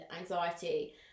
anxiety